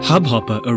Hubhopper